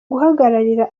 guhagararira